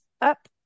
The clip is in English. up